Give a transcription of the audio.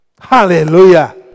Hallelujah